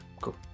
cool